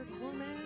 woman